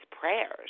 prayers